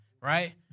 right